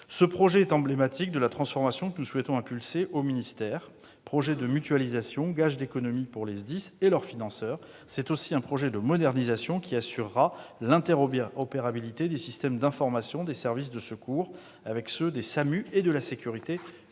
Ce projet est emblématique de la transformation que nous souhaitons impulser au ministère. C'est un projet de mutualisation, gage d'économies pour les SDIS et leurs financeurs. C'est aussi un projet de modernisation, qui assurera l'interopérabilité des systèmes d'information des services de secours avec ceux des SAMU et de la sécurité publique.